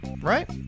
Right